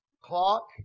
clock